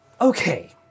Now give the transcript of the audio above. okay